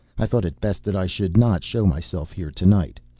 i thought it best that i should not show myself here to-night.